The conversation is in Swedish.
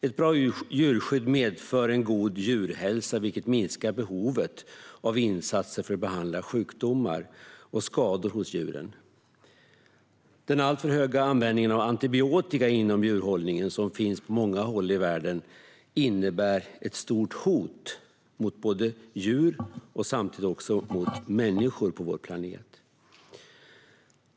Ett bra djurskydd medför en god djurhälsa, vilket minskar behovet av insatser för att behandla sjukdomar och skador hos djuren. Den alltför höga användningen av antibiotika inom djurhållningen på många håll i världen innebär ett stort hot mot både djur och människor på vår planet.